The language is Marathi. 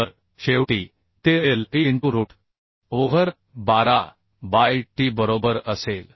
तर शेवटी ते L e into root over 12 by t बरोबर असेल